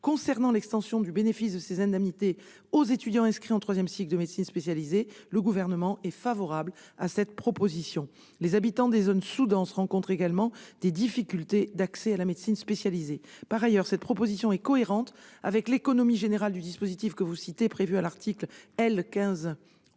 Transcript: Concernant l'extension du bénéfice de ces indemnités aux étudiants inscrits en troisième cycle de médecine spécialisée, le Gouvernement est favorable à cette proposition. En effet, les habitants des zones sous-denses rencontrent également des difficultés d'accès à la médecine spécialisée. Par ailleurs, une telle proposition est cohérente avec l'économie générale du dispositif prévu à l'article L.